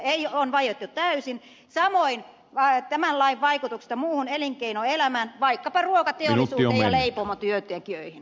työturvallisuuskysymyksistä on vaiettu täysin samoin tämän lain vaikutuksista muuhun elinkeinoelämään vaikkapa ruokateollisuuteen ja leipomotyöntekijöihin